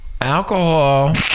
alcohol